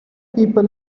people